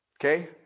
Okay